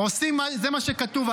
עושים מה שכתוב.